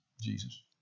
Jesus